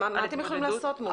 מה אתם יכולים לעשות עם זה?